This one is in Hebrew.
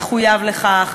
מחויב לכך.